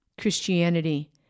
Christianity